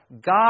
God